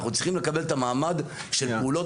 אנחנו צריכים לקבל את המעמד של פעולות